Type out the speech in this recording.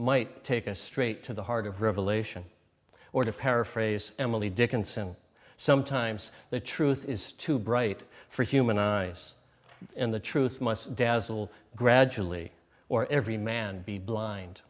might take a straight to the heart of revelation or to paraphrase emily dickinson sometimes the truth is too bright for human eyes in the truth must dazzle gradually or every man be blind